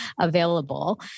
available